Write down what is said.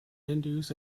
hindus